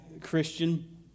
Christian